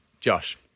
Josh